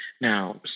Now